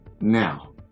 Now